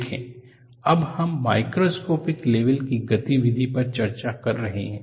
देखें अब हम माइक्रोस्कोपिक लेवल की गतिविधि पर चर्चा कर रहे हैं